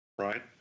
right